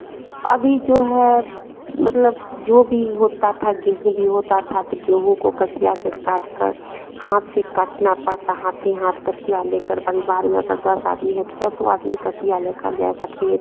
अभी जो है मतलब जो भी होता था गेहूं भी होता था तो गेहूं को कचिया से काटकर हाथ से काटना पड़ता हाथ ही हाथ कचिया लेकर परिवार में अगर दस आदमी है तो दसों आदमी कचिया लेकर जाएगा खेत